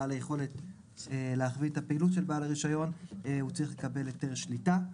בעל היכולת להחליט על הפעילות של בעל הרישיון הוא צריך לקבל היתר שליטה.